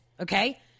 okay